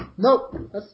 Nope